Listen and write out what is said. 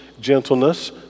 gentleness